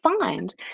find